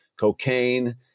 cocaine